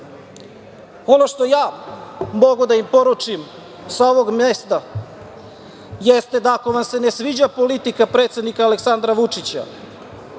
Ono što ja mogu da im poručim sa ovog mesta jeste da ako vam se ne sviđa politika predsednika Aleksandra Vučića,